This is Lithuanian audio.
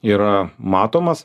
yra matomas